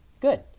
Good